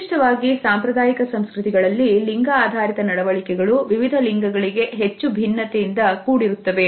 ನಿರ್ದಿಷ್ಟವಾಗಿ ಸಾಂಪ್ರದಾಯಿಕ ಸಂಸ್ಕೃತಿಗಳಲ್ಲಿ ಲಿಂಗ ಆಧಾರಿತ ನಡವಳಿಕೆಗಳು ವಿವಿಧ ಲಿಂಗಗಳಿಗೆ ಹೆಚ್ಚು ಭಿನ್ನತೆಯಿಂದ ಕೂಡಿರುತ್ತವೆ